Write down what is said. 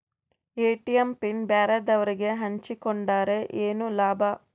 ATM PIN ಬ್ಯಾರೆದವರಗೆ ಹಂಚಿಕೊಂಡರೆ ಏನು ಲಾಭ?